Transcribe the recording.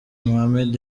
mohamed